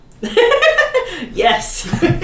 Yes